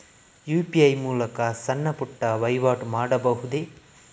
UPI ಮೂಲಕ ಸಣ್ಣ ಪುಟ್ಟ ವಹಿವಾಟು ಮಾಡಬಹುದೇ?